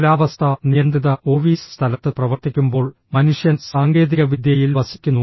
കാലാവസ്ഥാ നിയന്ത്രിത ഓഫീസ് സ്ഥലത്ത് പ്രവർത്തിക്കുമ്പോൾ മനുഷ്യൻ സാങ്കേതികവിദ്യയിൽ വസിക്കുന്നു